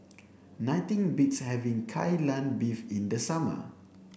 nothing beats having kai lan beef in the summer